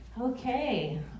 Okay